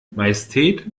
majestät